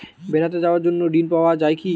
বেড়াতে যাওয়ার জন্য ঋণ পাওয়া যায় কি?